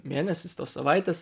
mėnesis tos savaitės